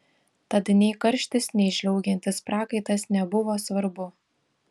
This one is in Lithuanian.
tad nei karštis nei žliaugiantis prakaitas nebuvo svarbu